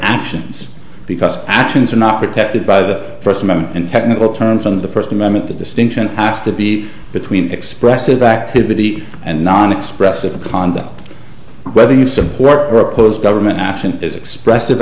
actions because actions are not protected by the first moment in technical terms on the first amendment the distinction has to be between expressive activity and non expressive conduct whether you support or oppose government action is expressive